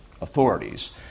authorities